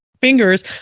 fingers